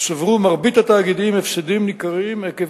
צברו מרבית התאגידים הפסדים ניכרים עקב